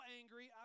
angry